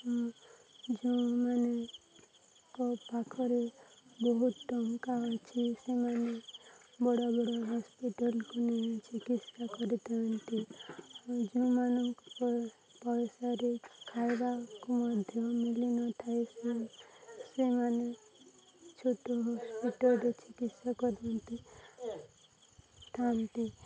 ଯେଉଁମାନଙ୍କ ପାଖରେ ବହୁତ ଟଙ୍କା ଅଛି ସେମାନେ ବଡ଼ ବଡ଼ ହସ୍ପିଟାଲକୁ ନେଇ ଚିକିତ୍ସା କରିଥାନ୍ତି ଯେଉଁମାନଙ୍କ ପଇସାରେ ଖାଇବାକୁ ମଧ୍ୟ ମିଳିନଥାଏ ସେ ସେମାନେ ଛୋଟ ହସ୍ପିଟାଲରେ ଚିକିତ୍ସା କରଥାନ୍ତି